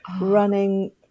running